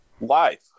Life